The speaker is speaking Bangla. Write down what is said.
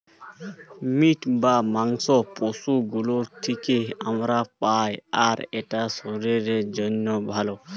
মিট বা মাংস পশু গুলোর থিকে আমরা পাই আর এটা শরীরের জন্যে ভালো